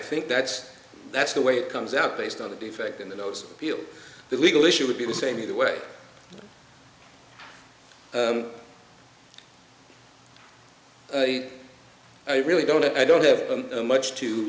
think that's that's the way it comes out based on the defect in the notes field the legal issue would be the same either way i really don't i don't have much to